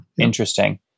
Interesting